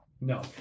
No